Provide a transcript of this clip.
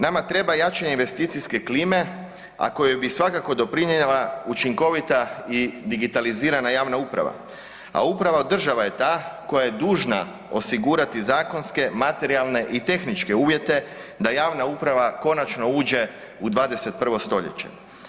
Nama treba jačanje investicijske klime a kojoj bi svakako doprinijela učinkovita i digitalizirana javna uprava a upravo država je ta koja je dužna osigurati zakonske, materijalne i tehničke uvjete da javna uprava konačno uđe u 21. stoljeće.